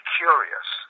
curious